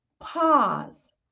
pause